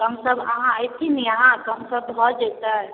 कमसम अहाँ अएती ने यहाँ कमसम भऽ जेतै